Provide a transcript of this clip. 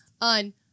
on